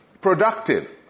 productive